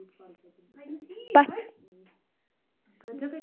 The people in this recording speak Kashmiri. پتھ